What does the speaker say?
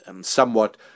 somewhat